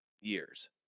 years